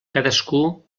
cadascú